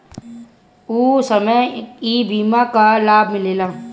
ऊ समय ई बीमा कअ लाभ मिलेला